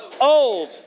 old